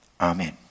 Amen